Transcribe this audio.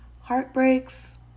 heartbreaks